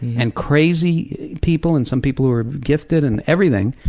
and crazy people, and some people who were gifted and everything,